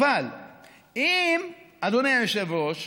אדוני היושב-ראש,